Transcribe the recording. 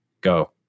Go